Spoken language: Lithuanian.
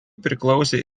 priklausė